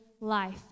life